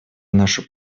нашу